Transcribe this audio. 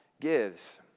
gives